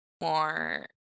more